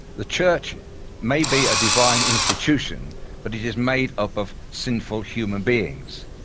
the church may be a divine institution but it is made up of sinful human beings.